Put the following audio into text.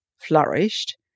flourished